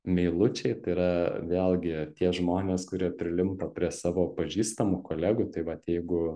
meilučiai tai yra vėlgi tie žmonės kurie prilimpa prie savo pažįstamų kolegų tai vat jeigu